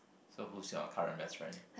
so who is your current best friend